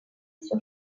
sur